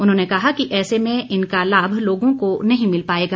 उन्होंने कहा कि ऐसे में इनका लाभ लोगों को नहीं मिल पाएगा